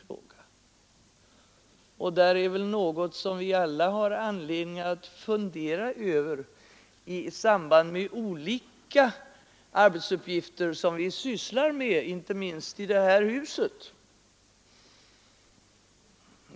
Det är väl något som vi alla har anledning att fundera över i samband med olika arbetsuppgifter som vi sysslar med, inte minst i det här huset.